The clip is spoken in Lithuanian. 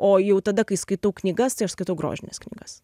o jau tada kai skaitau knygas tai aš skaitau grožines knygas